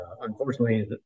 unfortunately